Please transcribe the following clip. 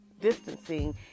distancing